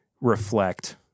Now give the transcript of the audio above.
reflect